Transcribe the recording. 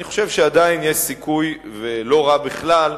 אני חושב שעדיין יש סיכוי, ולא רע בכלל,